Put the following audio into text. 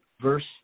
Verse